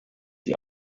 die